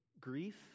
grief